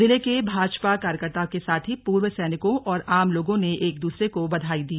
जिले के भाजपा कार्यकर्ताओं के साथ ही पूर्व सैनिकों और आम लोगों ने एकदूसरे को बधाई दी